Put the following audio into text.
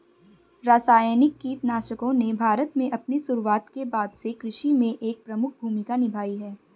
रासायनिक कीटनाशकों ने भारत में अपनी शुरुआत के बाद से कृषि में एक प्रमुख भूमिका निभाई है